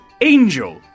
Angel